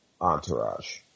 Entourage